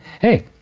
Hey